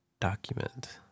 document